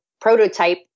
prototype